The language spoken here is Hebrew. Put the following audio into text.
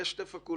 יש שתי פקולטות,